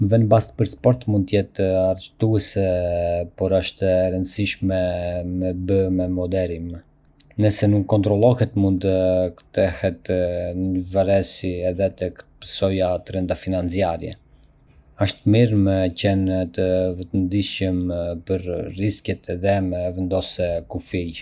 Me vënë baste për sporte mund të jetë argëtuese, por asht e rëndësishme me e bë me moderim. Nëse nuk kontrollohet, mund të kthehet në një varësi edhe të ketë pasoja të rënda financiare. Asht mirë me qenë të vetëdijshëm për rreziqet edhe me vendosë kufij.